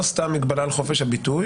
יש חשש בכנס בחירות,